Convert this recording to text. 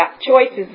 choices